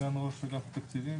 סגן ראש אגף תקציבים,